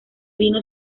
vino